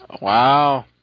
Wow